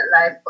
life